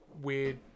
weird